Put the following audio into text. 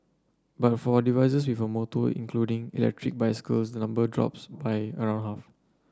but for devices with a motor including electric bicycles the number drops by around half